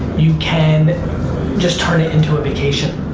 you can just turn it into a vacation.